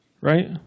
right